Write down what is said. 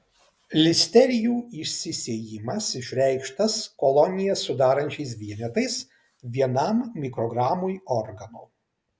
listerijų išsisėjimas išreikštas kolonijas sudarančiais vienetais vienam mikrogramui organo